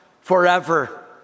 forever